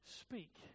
speak